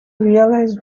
realize